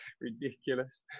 ridiculous